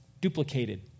duplicated